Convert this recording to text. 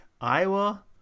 Iowa